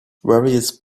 various